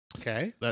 Okay